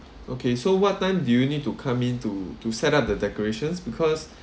okay so what time do you need to come in to to set up the decorations because